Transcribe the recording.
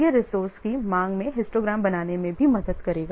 यह रिसोर्से की मांग में हिस्टोग्राम बनाने में भी मदद करेगा